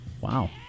Wow